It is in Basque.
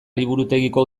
liburutegiko